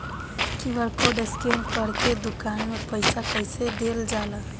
QR code scan करके दुकान में पईसा कइसे देल जाला?